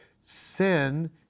sin